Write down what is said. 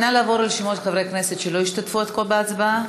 נא לעבור על שמות חברי כנסת שלא השתתפו עד כה בהצבעה.